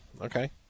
Okay